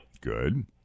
Good